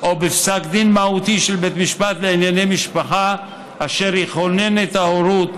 או בפסק דין מהותי של בית משפט לענייני משפחה אשר יכונן את ההורות,